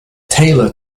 taylor